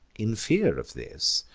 in fear of this,